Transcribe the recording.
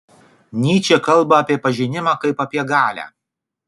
nyčė kalba apie pažinimą kaip apie galią